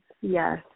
Yes